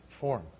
form